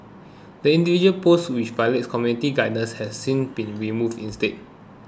the individual posts which violated community guidelines have since been removed instead